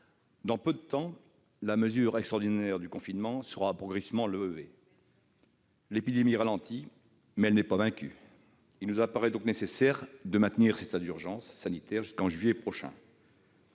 Dans peu de temps, cette mesure extraordinaire qu'est le confinement sera progressivement levée. L'épidémie ralentit, mais elle n'est pas vaincue. Il nous paraît donc nécessaire de maintenir l'état d'urgence sanitaire jusqu'en juillet prochain.